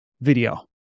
video